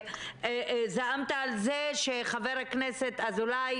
זעמת על זה שחבר הכנסת אזולאי,